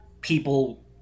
people